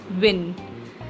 win